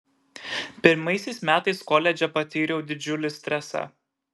pirmaisiais metais koledže patyriau didžiulį stresą